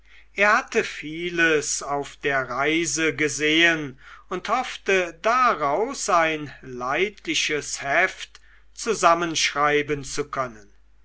er hatte vieles auf der reise gesehen und hoffte daraus ein leidliches heft zusammenschreiben zu können